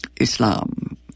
Islam